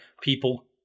people